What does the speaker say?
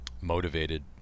motivated